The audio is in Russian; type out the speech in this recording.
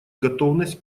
готовность